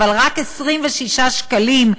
אבל רק 26 שקלים,